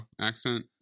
accent